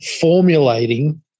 formulating